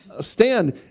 stand